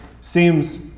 seems